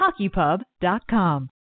HockeyPub.com